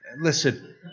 Listen